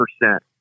percent